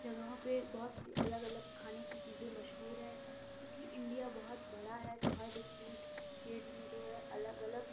جگہوں پہ بہت سی الگ الگ کھانے کی چیزیں مشہور ہیں چونکہ انڈیا بہت بڑا ہے تو ہر ڈفرینٹ اسٹیٹ میں جو ہے الگ الگ